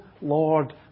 Lord